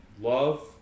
Love